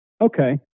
okay